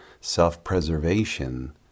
self-preservation